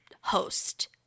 host –